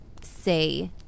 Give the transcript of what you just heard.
say